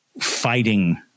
fighting